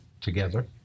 together